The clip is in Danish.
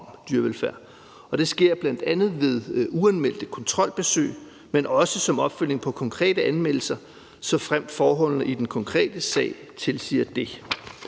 om dyrevelfærd, og det sker bl.a. ved uanmeldte kontrolbesøg, men også som opfølgning på konkrete anmeldelser, såfremt forholdene i den konkrete sag tilsiger det.